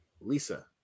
Lisa